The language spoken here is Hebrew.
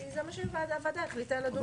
כי זה מה שהוועדה החליטה, לדון בהם ביחד.